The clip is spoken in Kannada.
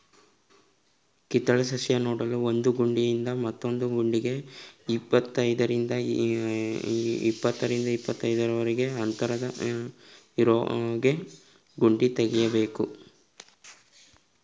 ಕಿತ್ತಳೆ ಸಸ್ಯ ನೆಡಲು ಒಂದು ಗುಂಡಿಯಿಂದ ಮತ್ತೊಂದು ಗುಂಡಿಗೆ ಇಪ್ಪತ್ತರಿಂದ ಇಪ್ಪತ್ತೈದು ಅಂತರ ಇರೋಹಾಗೆ ಗುಂಡಿ ತೆಗಿಬೇಕು